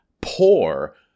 poor